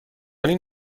این